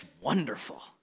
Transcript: wonderful